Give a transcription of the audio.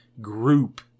group